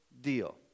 deal